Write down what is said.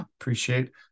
Appreciate